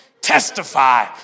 testify